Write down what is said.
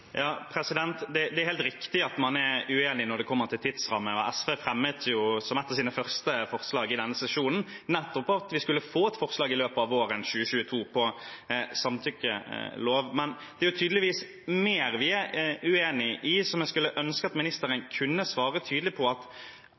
Det er helt riktig at man er uenig når det gjelder tidsramme, og SV fremmet som et av sine første forslag i denne sesjonen nettopp at vi skulle få et forslag til samtykkelov i løpet av våren 2022. Men det er tydeligvis mer vi er uenige om, og som jeg skulle ønske at ministeren kunne svare tydelig på. Mener ministeren fremdeles at